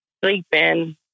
sleeping